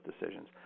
decisions